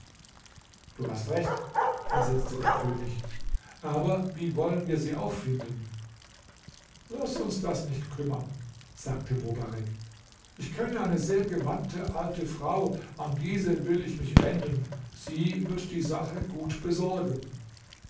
du hast recht versetzte der könig aber wie wollen wir sie auffinden laß uns das nicht kümmern sagte mobarek ich kenne eine sehr gewandte alte frau an diese will ich mich wenden sie wird die sache gut besorgen